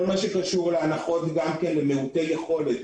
כל מה שקשור בהנחות גם למיעוטי יכולת.